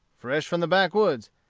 fresh from the backwoods,